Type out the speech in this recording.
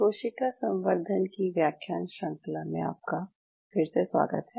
कोशिका संवर्धन की व्याख्यान श्रंखला में आपका फिर से स्वागत है